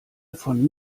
von